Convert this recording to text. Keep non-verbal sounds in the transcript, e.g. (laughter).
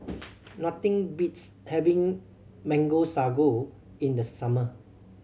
(noise) nothing beats having Mango Sago in the summer